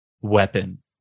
weapon